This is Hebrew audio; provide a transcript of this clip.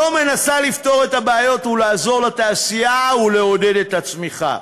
לא מנסה לפתור את הבעיות ולעזור לתעשייה או לעודד את הצמיחה.